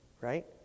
right